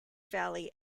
valley